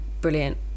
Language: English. brilliant